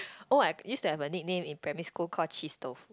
oh I used to have a nickname in primary school call cheese tofu